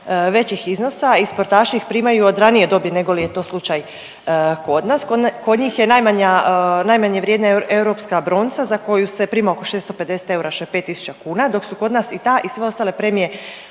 većih iznosa i sportaši ih primaju od ranije dobi nego li je to slučaj kod nas. Kod njih je najmanja, najmanje vrijedna europska bronca za koju se prima oko 650 eura što je 5.000 kuna dok su kod nas i ta i sve ostale premije